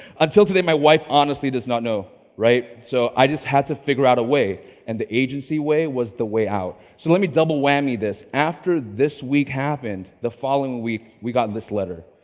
until today, my wife honestly does not know right. so i just had to figure out a way and the agency way was the way out. so let me double whammy this. after this week happened, the following week we got this letter.